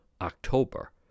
october